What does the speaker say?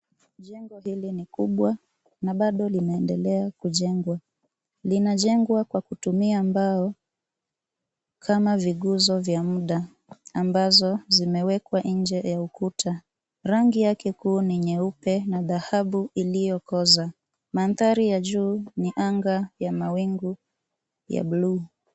Jengo hili ni kubwa na bado linaendelea kujengwa. Linajengwa kwa kutumia mbao kama viguzo vya muda ambazo zimewekwa nje ya ukuta. Rangi yake kuu ni nyeupe na dhahabu iliyokoza .Mandhari ya juu ni anga ya mawingu ya blue .